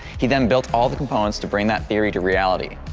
he then built all the components to bring that theory to reality.